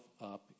up